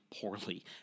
poorly